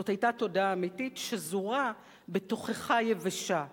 זאת היתה תודה אמיתית שזורה בתוכחה יבשה,